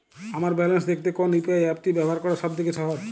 আমার ব্যালান্স দেখতে কোন ইউ.পি.আই অ্যাপটি ব্যবহার করা সব থেকে সহজ?